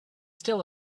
still